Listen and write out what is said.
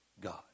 God